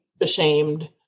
ashamed